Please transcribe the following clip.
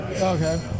okay